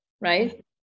right